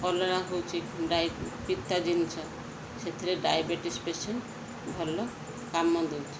କଲରା ହଉଚି ପିତା ଜିନିଷ ସେଥିରେ ଡାଇବେଟିସ୍ ପେସେଣ୍ଟ ଭଲ କାମ ଦଉଚି